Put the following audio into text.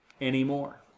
anymore